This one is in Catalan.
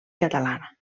catalana